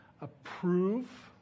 approve